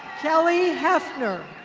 kelly hefner.